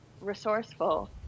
resourceful